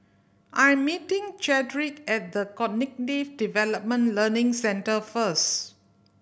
I am meeting Chadrick at The Cognitive Development Learning Centre first